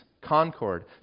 concord